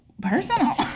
personal